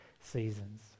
seasons